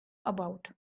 about